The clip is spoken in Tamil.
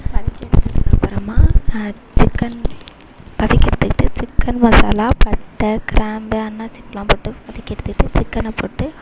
வதக்கி எடுத்துக்கிட்டதுகப்புறமா சிக்கன் வதக்கி எடுத்துக்கிட்டு சிக்கன் மசாலா பட்டை கிராம்பு அன்னாசிப்பூலாம் போட்டு வதக்கி எடுத்துட்டு சிக்கனை போட்டு